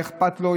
היה אכפת לו,